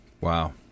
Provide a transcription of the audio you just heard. Wow